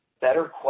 better